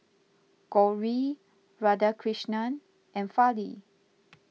Gauri Radhakrishnan and Fali